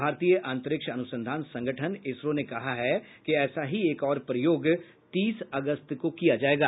भारतीय अंतरिक्ष अनुसंधान संगठन ने कहा है कि ऐसा ही एक और प्रयोग तीस अगस्त को किया जाएगा